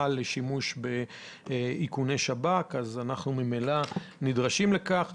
לשימוש באיכוני שב"כ אז אנחנו ממילא נידרש לכך.